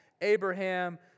Abraham